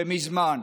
ומזמן.